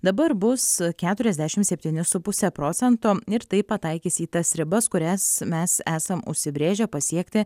dabar bus keturiasdešim septyni su puse procento ir taip pataikys į tas ribas kurias mes esam užsibrėžę pasiekti